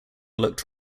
looked